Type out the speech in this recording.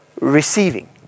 receiving